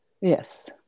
Yes